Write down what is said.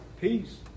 Peace